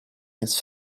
his